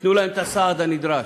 תנו להם את הסעד הנדרש.